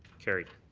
carried.